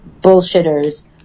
bullshitters